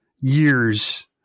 years